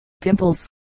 pimples